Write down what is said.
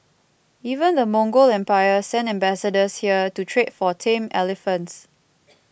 even the Mongol empire sent ambassadors here to trade for tame elephants